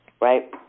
Right